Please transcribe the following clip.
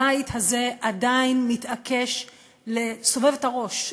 הבית הזה עדיין מתעקש לסובב את הראש,